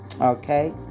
Okay